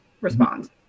respond